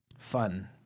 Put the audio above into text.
Fun